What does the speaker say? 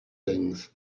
things